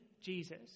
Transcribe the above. Jesus